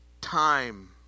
Time